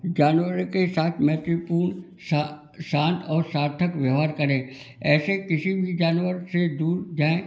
जानवर के साथ महत्वपूर्ण शांत और सार्थक व्यवहार करें ऐसे किसी भी जानवर से दूर जाएँ